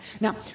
Now